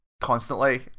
constantly